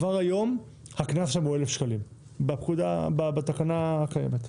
כבר היום הקנס שם הוא 1,000 שקלים בתקנה הקיימת.